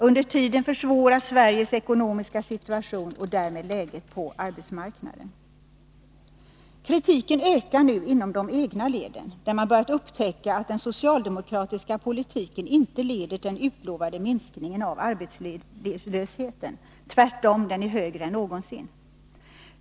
Under tiden försvåras Sveriges ekonomiska situation och därmed läget på arbetsmarknaden. Kritiken ökar nu inom de egna leden, där man börjat upptäcka att den socialdemokratiska politiken inte leder till den utlovade minskningen av arbetslösheten — tvärtom, den är högre än någonsin.